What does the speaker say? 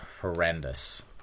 horrendous